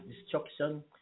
destruction